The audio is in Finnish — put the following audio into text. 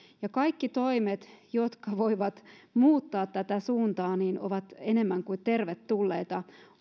kaikki toimet jotka voivat muuttaa tätä suuntaa ovat enemmän kuin tervetulleita